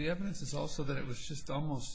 the evidence is also that it was just almost